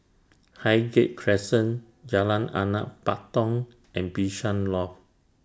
Highgate Crescent Jalan Anak Patong and Bishan Loft